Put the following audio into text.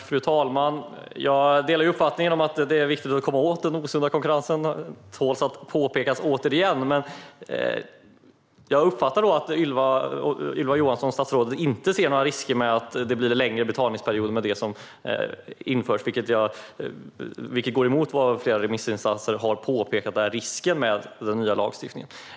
Fru talman! Jag delar uppfattningen att det är viktigt att komma åt den osunda konkurrensen. Det tål att påpekas återigen. Men jag uppfattar att statsrådet Ylva Johansson inte ser några risker med att det i och med det som införs blir en längre betalperiod, vilket går emot vad flera remissinstanser har påpekat som risken med den nya lagstiftningen.